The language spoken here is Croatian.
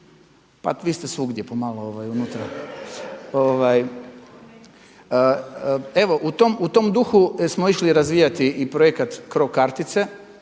Pa vi ste svugdje pomalo unutra. … /Smijeh./… Evo u tom duhu smo išli razvijati i projekat CRO kartice